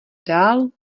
dál